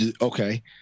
okay